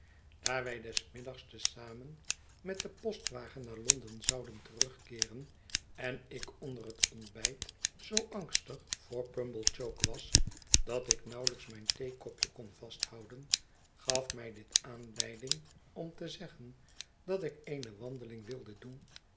wij des middags te zamen met den postwagen naar l o n d e n zouden terugkeeren en ik onder het ontbijt zoo angstig voor p umblechook was dat ik nauwelijks mijn theekopje kon vasthouden gaf mij dit aanleiding om te zeggen dat ik eene wandeling wilde doen